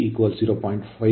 1 Ω ಮತ್ತು Xe 0